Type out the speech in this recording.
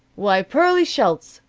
why, pearlie schultz!